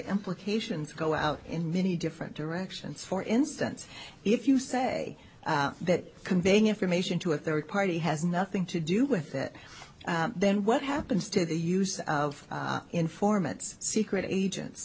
implications go out in many different directions for instance if you say that conveying information to a third party has nothing to do with that then what happens to the use of informants secret agents